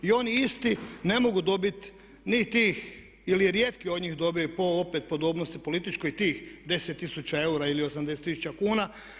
I oni ne mogu dobiti ni tih ili rijetki od njih dobiju po opet podobnosti političkoj tih 10 tisuća eura ili 80 tisuća kuna.